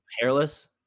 hairless